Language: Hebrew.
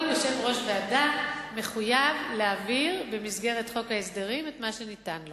כל יושב-ראש ועדה מחויב להעביר במסגרת חוק ההסדרים את מה שניתן לו,